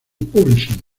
publishing